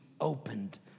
opened